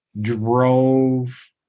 drove